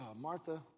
Martha